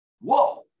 Whoa